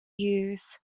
hughes